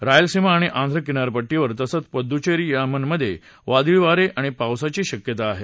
रायलसीमा आणि आंध्रकिनारपट्टीवर तसंच पुदुच्चेरी यनममधे वादळीवारे आणि पावसाची शक्यता आहे